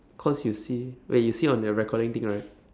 cause you see wait you see on your recording thing right